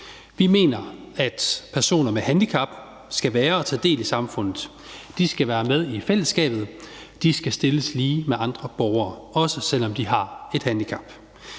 Vi mener, at personer med handicap skal være en del af og tage del i samfundet. De skal være med i fællesskabet, de skal stilles lige med andre borgere, også selv om de har et handicap.